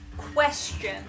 question